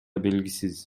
белгисиз